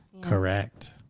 Correct